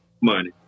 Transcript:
money